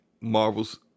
marvel's